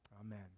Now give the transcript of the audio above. Amen